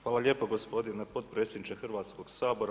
Hvala lijepo gospodine potpredsjedniče Hrvatskog sabora.